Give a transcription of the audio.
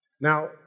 Now